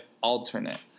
Alternate